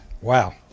Wow